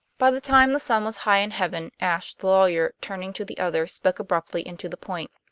by the time the sun was high in heaven ashe the lawyer, turning to the others, spoke abruptly and to the point.